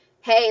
hey